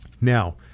Now